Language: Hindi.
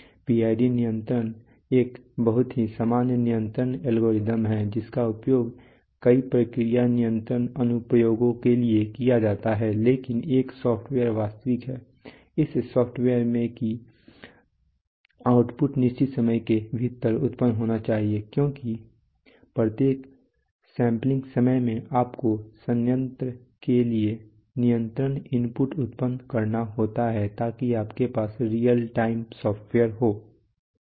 पीआईडी नियंत्रण एक बहुत ही सामान्य नियंत्रण एल्गोरिथम है जिसका उपयोग कई प्रक्रिया नियंत्रण अनुप्रयोगों के लिए किया जाता है लेकिन यह सॉफ़्टवेयर वास्तविक है इस अर्थ में कि आउटपुट निश्चित समय के भीतर उत्पन्न होना चाहिए क्योंकि प्रत्येक सैंपलिंग समय में आपको संयंत्र के लिए नियंत्रण इनपुट उत्पन्न करना होता है तो आपके पास रीयल टाइम सॉफ़्टवेयर है